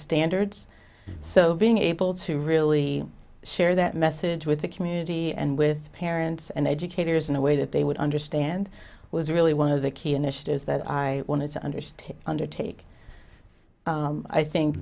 standards so being able to really share that message with the community and with parents and educators in a way that they would understand was really one of the key initiatives that i wanted to understand undertake i think